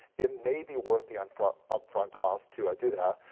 it may be worth the up-front up-front cost to do that,